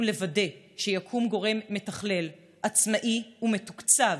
עלינו לוודא שיקום גורם מתכלל עצמאי ומתוקצב,